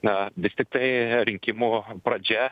na vis tiktai rinkimo pradžia